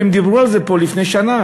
והם דיברו על זה פה לפני שנה.